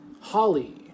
Holly